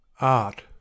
Art